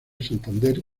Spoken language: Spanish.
santander